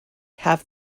have